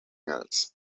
else